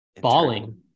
Balling